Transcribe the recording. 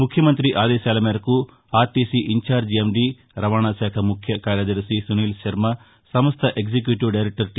ముఖ్యమంత్రి ఆదేశాలమేరకు ఆర్లీసీ incharge MD రవాణాశాఖ ముఖ్య కార్యదర్శి సునీల్శర్మ సంస్ల ఎగ్డిక్యూటివ్ దైరెక్లర్ టీ